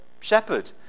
shepherd